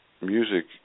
music